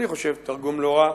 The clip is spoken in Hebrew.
אני חושב: תרגום לא רע,